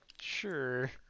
sure